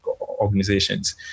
organizations